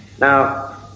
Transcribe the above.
Now